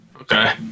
Okay